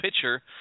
pitcher